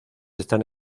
están